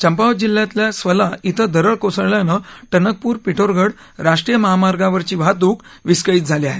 चंपावत जिल्ह्यात स्वला िक्षे दरड कोसळल्यानं टणकपूर पिठोरगड राष्ट्रीय महामार्गावरची वाहतूक विस्कळीत झाली आहे